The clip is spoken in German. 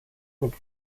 mit